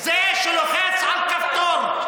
זה שלוחץ על כפתור,